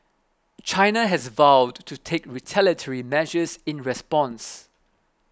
China has vowed to take retaliatory measures in response